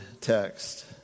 text